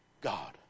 God